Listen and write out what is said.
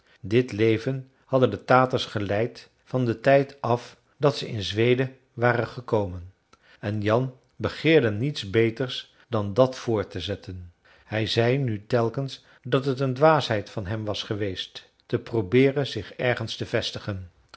dit leven hadden de taters geleid van den tijd af dat ze in zweden waren gekomen en jan begeerde niets beters dan dat voort te zetten hij zei nu telkens dat het een dwaasheid van hem was geweest te probeeren zich ergens te vestigen